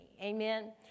Amen